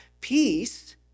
Peace